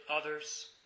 others